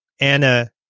Anna